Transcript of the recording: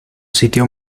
sitio